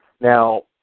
Now